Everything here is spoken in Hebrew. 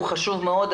הוא חשוב מאוד,